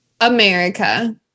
America